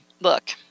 look